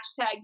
hashtag